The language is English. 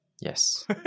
Yes